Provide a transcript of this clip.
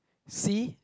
C